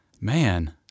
Man